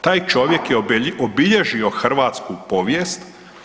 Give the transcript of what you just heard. Taj čovjek je obilježio hrvatsku povijest.